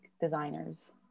designers